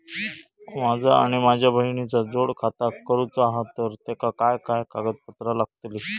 माझा आणि माझ्या बहिणीचा जोड खाता करूचा हा तर तेका काय काय कागदपत्र लागतली?